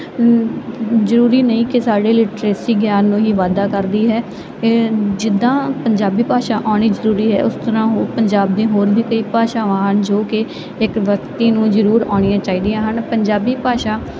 ਜ਼ਰੂਰੀ ਨਹੀਂ ਕਿ ਸਾਡੇ ਲਿਟਰੇਸੀ ਗਿਆਨ ਨੂੰ ਹੀ ਵਾਧਾ ਕਰਦੀ ਹੈ ਇਹ ਜਿੱਦਾਂ ਪੰਜਾਬੀ ਭਾਸ਼ਾ ਆਉਣੀ ਜ਼ਰੂਰੀ ਹੈ ਉਸ ਤਰ੍ਹਾਂ ਉਹ ਪੰਜਾਬ ਦੇ ਹੋਰ ਵੀ ਕਈ ਭਾਸ਼ਾਵਾਂ ਹਨ ਜੋ ਕਿ ਇੱਕ ਵਿਅਕਤੀ ਨੂੰ ਜ਼ਰੂਰ ਆਉਣੀਆਂ ਚਾਹੀਦੀਆਂ ਹਨ ਪੰਜਾਬੀ ਭਾਸ਼ਾ